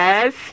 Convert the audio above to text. Yes